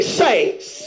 saints